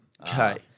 Okay